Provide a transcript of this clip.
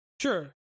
Sure